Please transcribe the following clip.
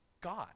God